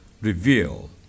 reveal